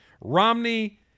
Romney